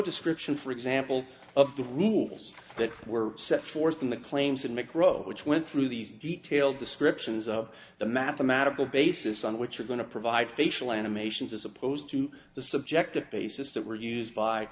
description for example of the rules that were set forth in the claims that make row which went through these detailed descriptions of the mathematical basis on which you're going to provide facial animations as opposed to the subjective basis that were used by